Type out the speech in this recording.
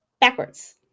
backwards